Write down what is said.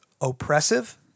oppressive